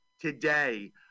today